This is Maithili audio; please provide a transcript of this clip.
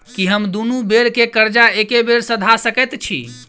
की हम दुनू बेर केँ कर्जा एके बेर सधा सकैत छी?